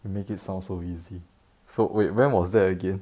you make it sound so easy so wait when was that again